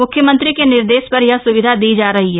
म्ख्यमंत्री के निर्देश पर यह सुविधा दी जा रही है